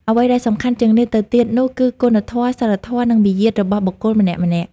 អ្វីដែលសំខាន់ជាងនេះទៅទៀតនោះ គឺគុណធម៌ សីលធម៌ និងមារយាទរបស់បុគ្គលម្នាក់ៗ។